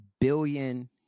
billion